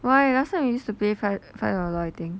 why last time we used to play five five dollar I think